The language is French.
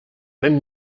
même